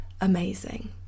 amazing